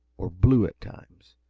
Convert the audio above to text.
or blue, at times,